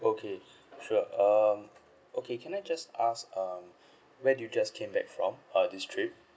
okay sure um okay can I just ask um where did you just came back from uh this trip